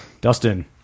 Dustin